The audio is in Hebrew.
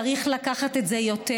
צריך לקחת את זה יותר,